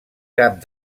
cap